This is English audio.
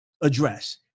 address